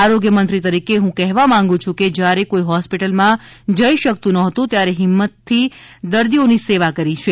આરોગ્યમંત્રી તરીકે હું કહેવા માગું છું કે જ્યારે કોઇ હોસ્પિટલમાં જઇ શકતું ન હતું ત્યારે હિંમતથી દર્દીઓની સેવા કરી છે